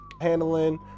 handling